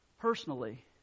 personally